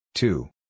Two